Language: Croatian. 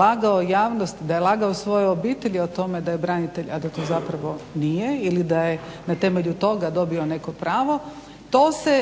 lagao javnosti, da je lagao svojoj obitelji da je branitelj, a da to zapravo nije ili da je na temelju toga dobio neko pravo, to se